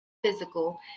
physical